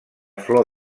flor